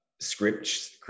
scripts